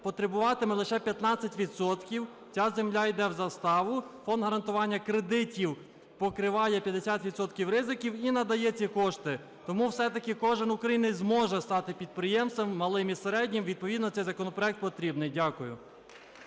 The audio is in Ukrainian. потребуватиме лише 15 відсотків, ця земля йде в заставу. Фонд гарантування кредитів покриває 50 відсотків ризиків і надає ці кошти. Тому все-таки кожен українець зможе стати підприємством малим і середнім, відповідно цей законопроект потрібний. Дякую.